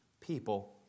people